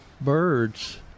birds